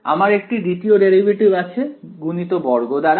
আমার একটি দ্বিতীয় ডেরিভেটিভ আছে গুণিত বর্গ দ্বারা